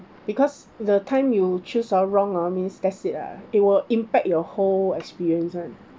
because the time you choose hor wrong hor means that's it ah it will impact your whole experience [one]